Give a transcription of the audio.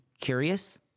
curious